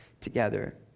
together